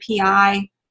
API